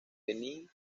benín